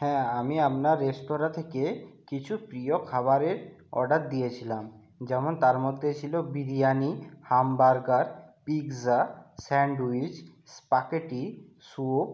হ্যাঁ আমি আপনার রেস্তোরাঁ থেকে কিছু প্রিয় খাবারের অর্ডার দিয়েছিলাম যেমন তার মধ্যে ছিলো biryani hamburger pizza sandwich spaghetti soup